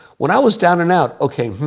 when i was down and out, okay, hmm.